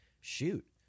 shoot